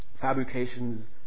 fabrications